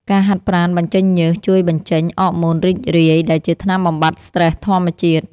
ការហាត់ប្រាណបញ្ចេញញើស ជួយបញ្ចេញ អ័រម៉ូនរីករាយ ដែលជាថ្នាំបំបាត់ស្ត្រេសធម្មជាតិ។